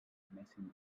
anéssim